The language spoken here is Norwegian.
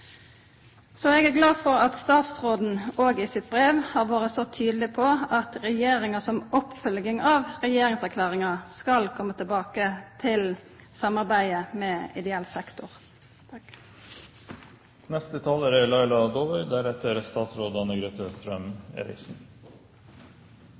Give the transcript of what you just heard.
Eg er glad for at statsråden òg i brevet sitt har vore så tydeleg på at regjeringa som oppfølging av regjeringserklæringa skal komma tilbake til samarbeidet med ideell sektor.